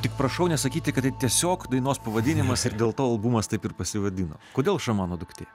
tik prašau nesakyti tiesiog dainos pavadinimas ir dėl to albumas taip ir pasivadino kodėl šamano duktė